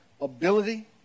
ability